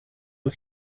uko